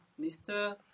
Mr